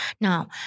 Now